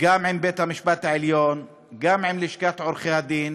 גם עם בית-המשפט העליון, גם עם לשכת עורכי-הדין,